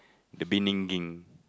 the beningging